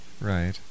right